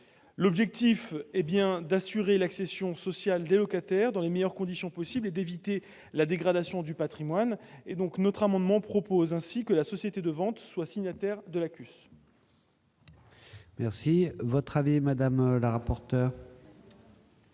L'objectif est bien d'assurer l'accession sociale des locataires dans les meilleures conditions possible et d'éviter la dégradation du patrimoine. Notre amendement prévoit ainsi que la société de vente soit signataire de la CUS. Quel est l'avis de la commission ?